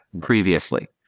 previously